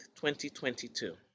2022